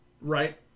right